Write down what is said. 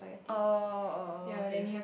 oh oh oh okay